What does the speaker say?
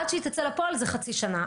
עד שהיא תצא לפועל זה חצי שנה.